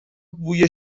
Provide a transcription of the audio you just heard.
بوی